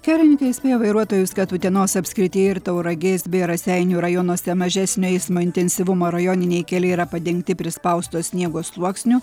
kelininkai įspėja vairuotojus kad utenos apskrityje ir tauragės bei raseinių rajonuose mažesnio eismo intensyvumo rajoniniai keliai yra padengti prispausto sniego sluoksniu